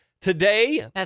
Today